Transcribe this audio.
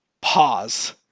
pause